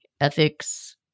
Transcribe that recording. ethics